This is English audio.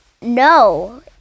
No